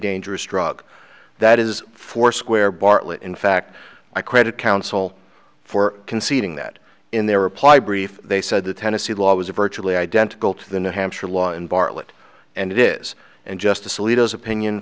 dangerous drug that is foursquare bartlet in fact i credit council for conceding that in their reply brief they said the tennessee law was virtually identical to the new hampshire law in bartlett and it is and justice alito is opinion